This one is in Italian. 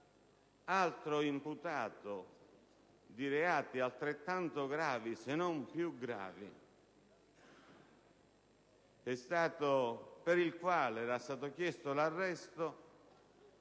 altro imputato di reati altrettanto gravi, se non più gravi, per il quale era stato chiesto l'arresto